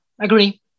Agree